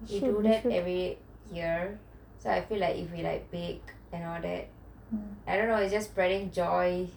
we do that every year so I feel like if we like bake and all that I don't know it's just spreading joy